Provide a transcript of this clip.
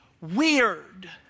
weird